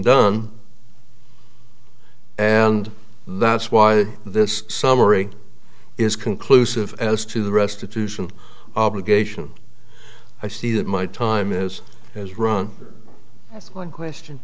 done and that's why this summary is conclusive as to the restitution obligation i see that my time is has run that's one question